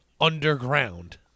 underground